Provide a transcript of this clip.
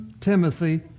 Timothy